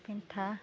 फेन्था